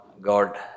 God